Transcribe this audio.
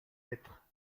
lettres